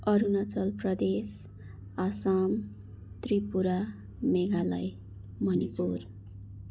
Arunachal Pradesh Assam Tripura Meghalaya Manipur